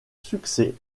succès